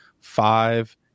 five